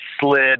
slid